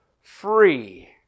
free